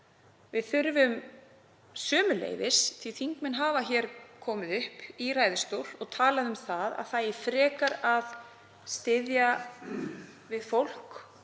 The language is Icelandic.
Við þurfum sömuleiðis, því þingmenn hafa komið í ræðustól og talað um að það eigi frekar að styðja við fólk